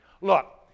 Look